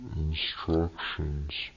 instructions